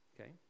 Okay